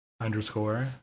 underscore